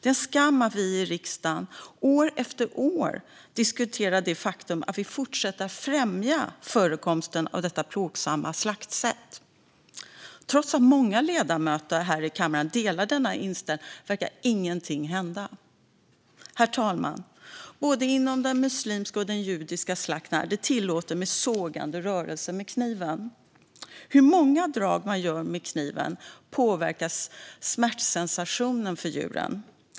Det är en skam att vi i riksdagen år efter år diskuterar det faktum att vi fortsätter att främja förekomsten av detta plågsamma slaktsätt. Trots att många ledamöter här i kammaren delar denna inställning verkar ingenting hända. Herr talman! Både inom den muslimska och den judiska slakten är det tillåtet med sågande knivrörelser. Hur många drag man gör med kniven påverkar smärtsensationen för djuret.